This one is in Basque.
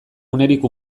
unerik